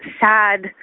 sad